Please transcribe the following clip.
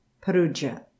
Perugia